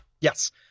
Yes